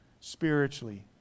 spiritually